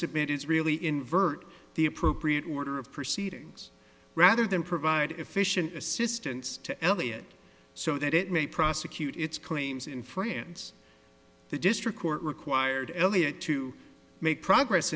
submit is really invert the appropriate order of proceedings rather than provide efficient assistance to elliot so that it may prosecute its claims in france the district court required elliott to make progress